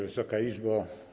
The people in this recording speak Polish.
Wysoka Izbo!